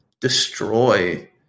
destroy